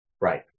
Right